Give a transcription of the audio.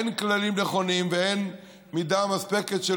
אין כללים נכונים ואין מידה מספקת של